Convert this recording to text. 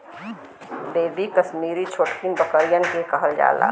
baby Kashmiri छोटकिन बकरियन के कहल जाला